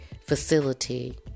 facility